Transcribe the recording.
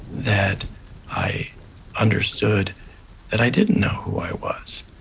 that i understood that i didn't know who i was.